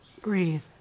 breathe